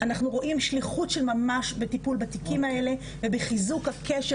אנחנו רואים שליחות של ממש בטיפול בתיקים האלה ובחיזוק הקשר